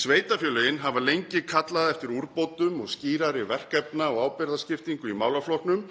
Sveitarfélögin hafa lengi kallað eftir úrbótum og skýrari verkefna- og ábyrgðarskiptingu í málaflokknum